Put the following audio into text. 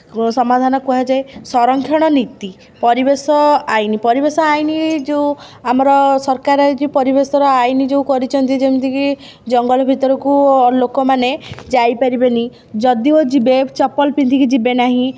ସମାଧାନ କୁହାଯାଏ ସଂରକ୍ଷଣ ନୀତି ପରିବେଶ ଆଇନ୍ ପରିବେଶ ଆଇନ୍ ଯେଉଁ ଆମର ସରକାର ଏ ଯେଉଁ ପରିବେଶର ଆଇନ୍ ଯେଉଁ କରିଛନ୍ତି ଯେମିତି କି ଜଙ୍ଗଲ ଭିତରକୁ ଲୋକମାନେ ଯାଇ ପାରିବେନି ଯଦିଓ ଯିବେ ଚପଲ ପିନ୍ଧିକି ଯିବେ ନାହିଁ